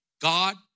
God